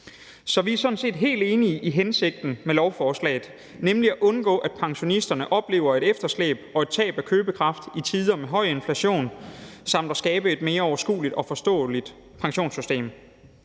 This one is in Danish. Så vi er sådan set helt enige i hensigten med lovforslaget, nemlig at undgå, at pensionisterne oplever et efterslæb og et tab af købekraft i tider med høj inflation, samt at skabe et mere overskueligt og forståeligt pensionssystem.